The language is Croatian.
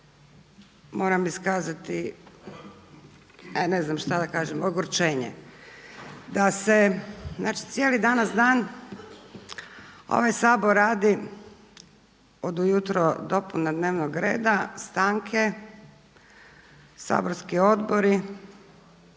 moram iskazati, a ne znam šta da kažem ogorčenje da se znači cijeli danas dan ovaj Sabor radi od ujutro dopuna dnevnog reda, stanke, saborski odbori,